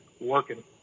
working